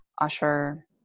usher